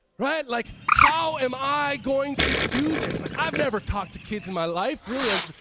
right, like, how am i going to do this? like, i never talked to kids in my life. really, like,